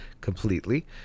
completely